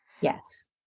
Yes